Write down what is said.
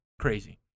Crazy